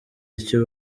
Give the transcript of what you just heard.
icyo